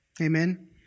Amen